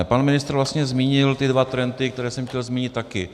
Pan ministr vlastně zmínil ty dva trendy, které jsem chtěl zmínit také.